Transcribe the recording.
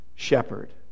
shepherd